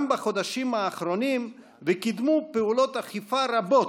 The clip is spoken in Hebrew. בחודשים האחרונים וקידמו פעולות אכיפה רבות,